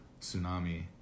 tsunami